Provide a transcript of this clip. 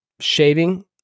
shaving